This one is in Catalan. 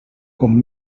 com